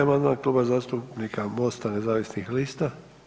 amandman, Kluba zastupnika Mosta nezavisnih lista.